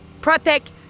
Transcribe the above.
Protect